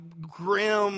grim